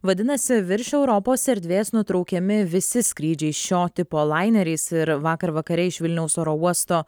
vadinasi virš europos erdvės nutraukiami visi skrydžiai šio tipo laineriais ir vakar vakare iš vilniaus oro uosto